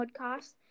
podcast